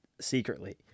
secretly